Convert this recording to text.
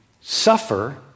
suffer